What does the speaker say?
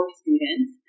students